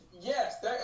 Yes